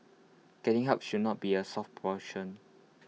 getting help should not be A soft option